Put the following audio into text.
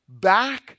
back